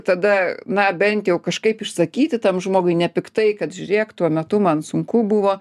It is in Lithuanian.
tada na bent jau kažkaip išsakyti tam žmogui nepiktai kad žiūrėk tuo metu man sunku buvo